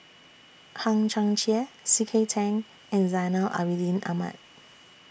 Hang Chang Chieh C K Tang and Zainal Abidin Ahmad